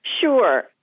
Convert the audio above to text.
Sure